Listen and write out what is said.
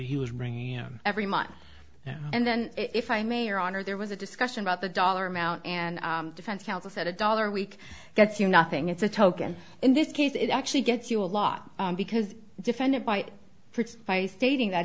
bringing in every month and then if i may or honor there was a discussion about the dollar amount and defense counsel said a dollar a week gets you nothing it's a token in this case it actually gets you a lot because defended by fritz by stating that